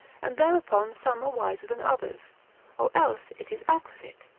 and thereupon some are wiser than others or else it is acquisite,